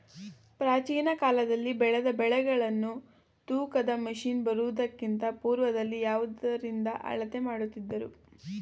ಪ್ರಾಚೀನ ಕಾಲದಲ್ಲಿ ಬೆಳೆದ ಬೆಳೆಗಳನ್ನು ತೂಕದ ಮಷಿನ್ ಬರುವುದಕ್ಕಿಂತ ಪೂರ್ವದಲ್ಲಿ ಯಾವುದರಿಂದ ಅಳತೆ ಮಾಡುತ್ತಿದ್ದರು?